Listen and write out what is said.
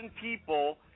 people